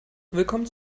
willkommen